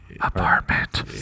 apartment